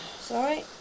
Sorry